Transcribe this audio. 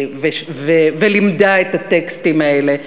ולימדה את הטקסטים האלה,